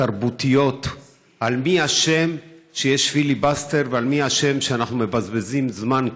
תרבותיות על מי אשם שיש פיליבסטר ועל מי אשם שאנחנו מבזבזים זמן,